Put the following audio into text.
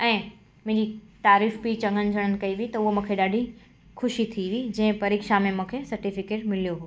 ऐं मुंहिंजी तारीफ़ु बि चङनि ॼणनि कई हुई त हूअ मूंखे ॾाढी ख़ुशी थी हुई जंहिं परीक्षा में मूंखे सर्टिफ़िकेट मिलियो हो